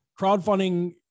Crowdfunding